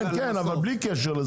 אבל בלי קשר,